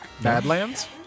Badlands